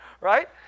right